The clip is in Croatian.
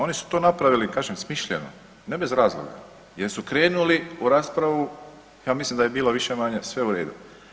Oni su to napravili kažem smišljeno, ne bez razloga jer su krenuli u raspravu ja mislim da je bilo više-manje sve u redu.